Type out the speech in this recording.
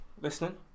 listening